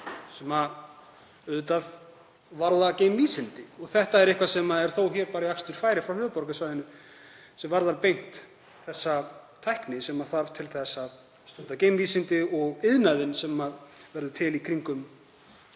snertir auðvitað geimvísindi og þetta er eitthvað sem er þó bara í akstursfæri frá höfuðborgarsvæðinu; snertir beint þessa tækni sem þarf til að stunda geimvísindi og iðnaðinn sem verður til í kringum